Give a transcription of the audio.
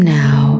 now